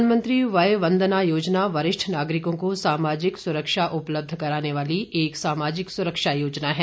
प्रधानमंत्री वय वंदना योजना वरिष्ठ नागरिकों को सामाजिक सुरक्षा उपलब्ध कराने वाली एक सामाजिक सुरक्षा योजना है